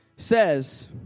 says